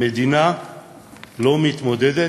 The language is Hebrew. המדינה לא מתמודדת,